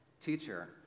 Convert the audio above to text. teacher